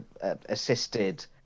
assisted